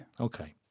Okay